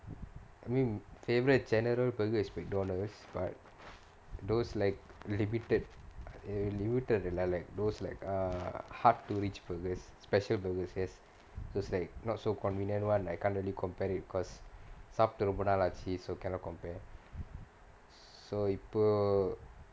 I mean favourite general burger is McDonald's but those like limited limited இல்ல:illa those like uh hard to reach burgers special burgers yes those like not so convenient [one] I can't really compare because சாப்ட்டு ரொம்ப நாளாச்சு:saapttu romba naalaachchu so cannot compare so இப்போ:ippo